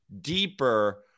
deeper